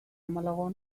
malagon